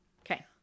Okay